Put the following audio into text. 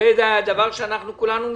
זה דבר בו כולנו מתלבטים.